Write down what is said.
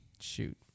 Shoot